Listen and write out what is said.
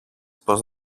πως